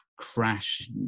crash